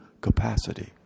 capacity